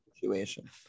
situation